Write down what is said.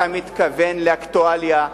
אתה מתכוון לאקטואליה,